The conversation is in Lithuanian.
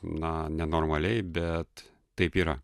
na nenormaliai bet taip yra